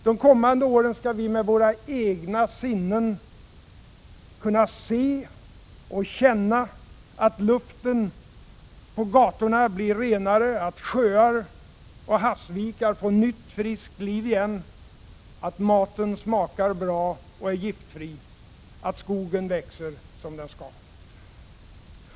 De kommande åren skall vi med våra egna sinnen kunna se och känna att luften på gatorna blir renare, att sjöar och havsvikar får nytt, friskt liv igen, att maten smakar bra och är giftfri och att skogen växer som den skall.